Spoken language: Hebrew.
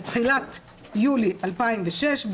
בתחילת יולי 2006,